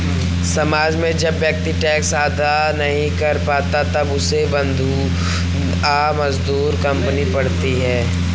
समाज में जब व्यक्ति टैक्स अदा नहीं कर पाता था तब उसे बंधुआ मजदूरी करनी पड़ती थी